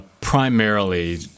primarily